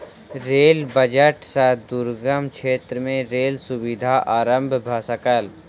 rail budget सॅ दुर्गम क्षेत्र में रेल सुविधा आरम्भ भ सकल